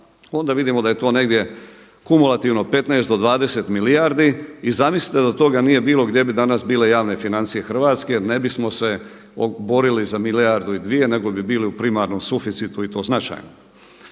onda vidimo da je to negdje kumulativno 15 do 20 milijardi i zamislite da toga nije bilo gdje bi danas bile javne financije Hrvatske? Ne bismo se borili za milijardu dvije nego bili u primarnom suficitu i to značajno.